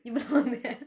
you belong there